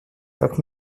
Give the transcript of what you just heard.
как